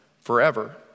forever